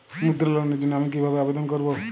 মুদ্রা লোনের জন্য আমি কিভাবে আবেদন করবো?